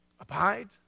abide